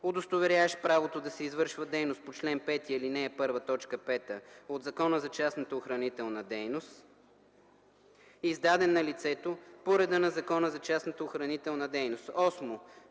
удостоверяващ правото да се извършва дейност по чл. 5, ал. 1, т. 5 от Закона за частната охранителна дейност, издаден на лицето по реда на Закона за частната охранителна дейност;”. 8.